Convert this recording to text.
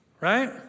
right